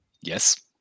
Yes